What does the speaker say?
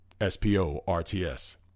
S-P-O-R-T-S